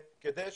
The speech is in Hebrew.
בודדים.